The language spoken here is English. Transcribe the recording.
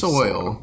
Soil